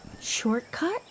Shortcut